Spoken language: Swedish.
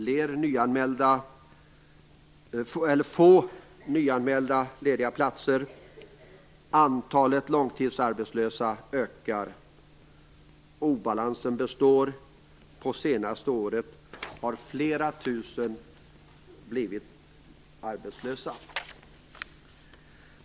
Det finns få nyanmälda lediga platser. Antalet långtidsarbetslösa ökar. Obalansen består - under det senaste året har flera tusen blivit arbetslösa.